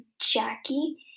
Jackie